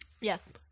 Yes